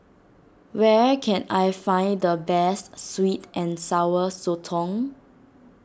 where can I find the best Sweet and Sour Sotong